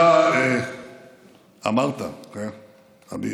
אתה אמרת, עמיר,